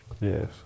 Yes